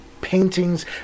paintings